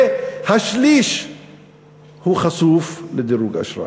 והשליש הוא חשוף לדירוג אשראי,